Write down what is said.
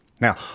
Now